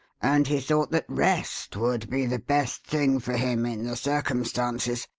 and he thought that rest would be the best thing for him in the circumstances.